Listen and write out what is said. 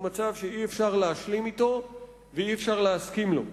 הוא מצב שאי-אפשר להשלים אתו ואי-אפשר להסכים לו.